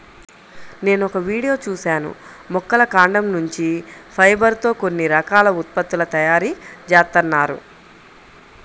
నేనొక వీడియో చూశాను మొక్కల కాండం నుంచి ఫైబర్ తో కొన్ని రకాల ఉత్పత్తుల తయారీ జేత్తన్నారు